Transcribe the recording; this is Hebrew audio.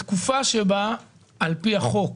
בתקופה שבה על פי החוק